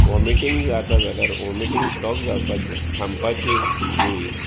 vomiting जाता जाल्यार vomiting stop जावपाची थांबपाची गुळी